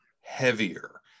heavier